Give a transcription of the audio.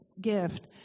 gift